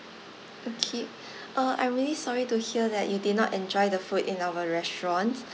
okay uh I'm really sorry to hear that you did not enjoy the food in our restaurant